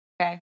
okay